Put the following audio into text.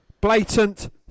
Blatant